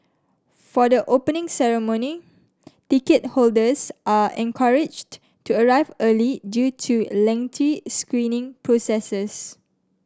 for the Opening Ceremony ticket holders are encouraged to arrive early due to lengthy screening processes